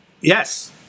yes